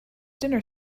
dinner